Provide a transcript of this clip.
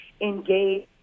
engage